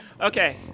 Okay